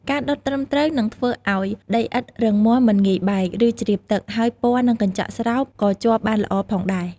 ការដុតត្រឹមត្រូវនឹងធ្វើឲ្យដីឥដ្ឋរឹងមាំ មិនងាយបែក ឬជ្រាបទឹក ហើយពណ៌ និងកញ្ចក់ស្រោបក៏ជាប់បានល្អផងដែរ។